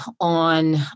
on